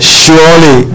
surely